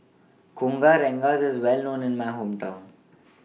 Kueh Rengas IS Well known in My Hometown